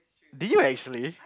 did you actually